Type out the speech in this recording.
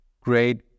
great